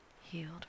healed